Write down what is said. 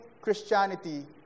Christianity